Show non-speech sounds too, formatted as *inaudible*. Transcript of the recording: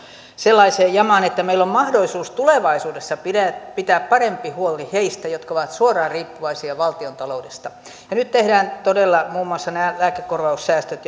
sellaiseen jamaan että meillä on mahdollisuus tulevaisuudessa pitää parempi huoli heistä jotka ovat suoraan riippuvaisia valtiontaloudesta nyt tehdään todella muun muassa nämä lääkekorvaussäästöt *unintelligible*